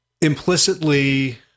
implicitly